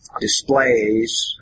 displays